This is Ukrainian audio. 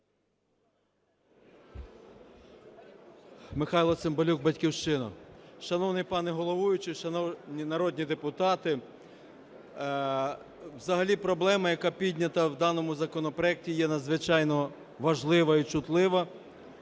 Михайло Цимбалюк, "Батьківщина". Шановний пане головуючий! Шановні народні депутати! Взагалі проблема, яка піднята в даному законопроекті, є надзвичайно важлива і чутлива.